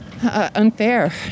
unfair